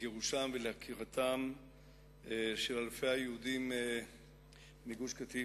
לגירושם ולעקירתם של אלפי היהודים מגוש-קטיף.